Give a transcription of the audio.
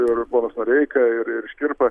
ir ponas noreika ir ir škirpa